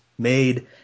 made